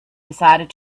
decided